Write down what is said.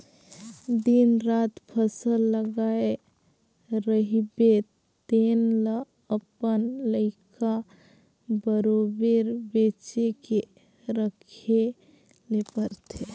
दिन रात फसल लगाए रहिबे तेन ल अपन लइका बरोबेर बचे के रखे ले परथे